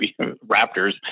raptors